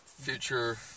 Future